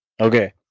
Okay